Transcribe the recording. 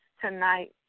tonight